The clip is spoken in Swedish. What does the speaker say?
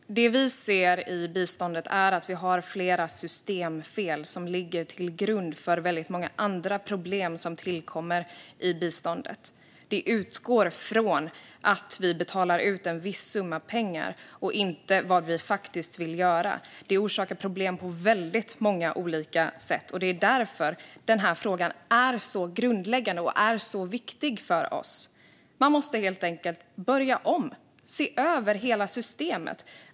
Fru talman! Det vi ser i biståndet är att vi har flera systemfel som ligger till grund för väldigt många andra problem som tillkommer i biståndet. Det utgår från att vi betalar ut en viss summa pengar och inte från vad vi faktiskt vill göra. Detta orsakar problem på väldigt många olika sätt, och det är därför den här frågan är så grundläggande och så viktig för oss. Man måste helt enkelt börja om och se över hela systemet.